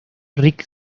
rick